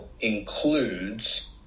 includes